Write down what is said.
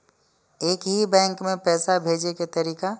एक ही बैंक मे पैसा भेजे के तरीका?